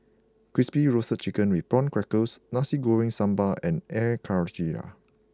Crispy Roasted Chicken with Prawn Crackers Nasi Goreng Sambal and Air Karthira